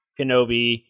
Kenobi